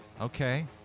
Okay